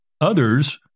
others